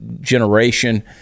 generation